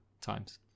times